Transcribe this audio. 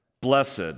blessed